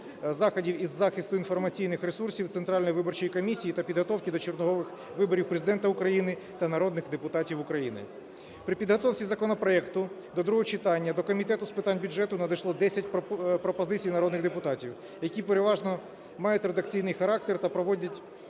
заходів із захисту інформаційних ресурсів Центральної виборчої комісії та підготовки до чергових виборів Президента України на народних депутатів України. При підготовці законопроекту до другого читання до Комітету з питань бюджету надійшло 10 пропозицій народних депутатів, які переважно мають редакційний характер та приводять